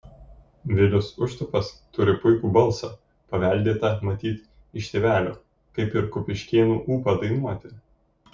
vilius užtupas turi puikų balsą paveldėtą matyt iš tėvelio kaip ir kupiškėnų ūpą dainuoti